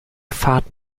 fahrt